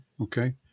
Okay